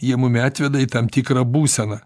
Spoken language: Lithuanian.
jie mumi atveda į tam tikrą būseną